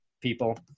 people